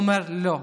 הוא אומר: לא.